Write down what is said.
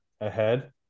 ahead